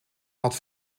had